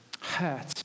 Hurt